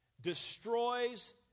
destroys